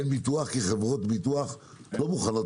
אין ביטוח כי חברות ביטוח לא מוכנות